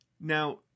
Now